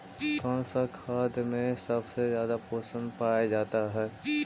कौन सा खाद मे सबसे ज्यादा पोषण पाया जाता है?